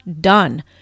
done